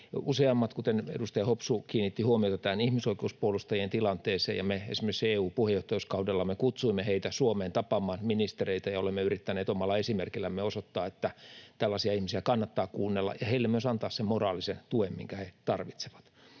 Useammat, kuten edustaja Hopsu, kiinnittivät huomiota tähän ihmisoikeuspuolustajien tilanteeseen, ja esimerkiksi EU-puheenjohtajuuskaudella me kutsuimme heitä Suomeen tapaamaan ministereitä ja olemme yrittäneet omalla esimerkillämme osoittaa, että tällaisia ihmisiä kannattaa kuunnella ja heille myös antaa se moraalinen tuki, minkä he tarvitsevat.